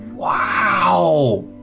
wow